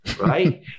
right